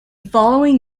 following